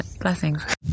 blessings